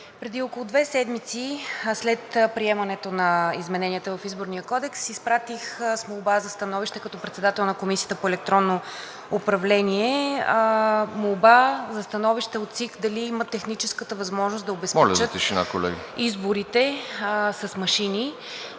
преди около две седмици – след приемането на измененията в Изборния кодекс, като председател на Комисията по електронно управление изпратих молба за становище от ЦИК дали имат техническата възможност да обезпечат изборите с машини